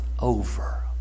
over